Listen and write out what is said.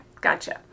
Gotcha